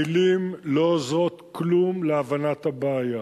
המלים לא עוזרות כלום להבנת הבעיה.